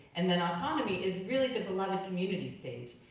and then autonomy is really the beloved community stage.